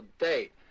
date